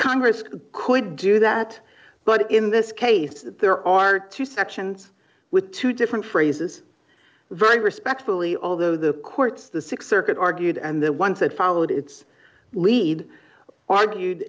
congress could do that but in this case there are two sections with two different phrases very respectfully although the courts the six circuit argued and the ones that followed its lead argued